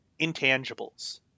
intangibles